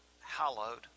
hallowed